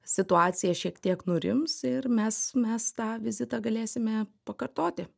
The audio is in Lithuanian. situacija šiek tiek nurims ir mes mes tą vizitą galėsime pakartoti